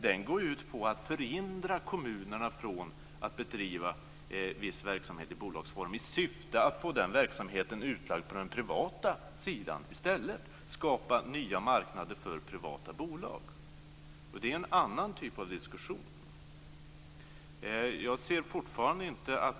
Den går ut på att förhindra kommunerna från att bedriva viss verksamhet i bolagsform i syfte att få den verksamheten utlagd på den privata sidan i stället - dvs. att skapa nya marknader för privata bolag. Det är en annan typ av diskussion.